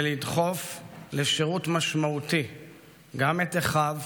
ולדחוף לשירות משמעותי גם את אחיו,